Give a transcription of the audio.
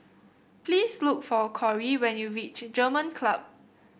please look for Corry when you reach German Club